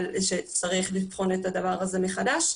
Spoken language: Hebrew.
אבל שצריך לבחון את הדבר הזה מחדש.